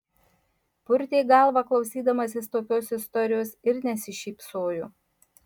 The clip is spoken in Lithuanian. purtė galvą klausydamasis tokios istorijos ir nesišypsojo